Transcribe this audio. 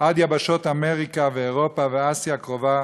עד יבשות אמריקה ואירופה ואסיה הקרובה,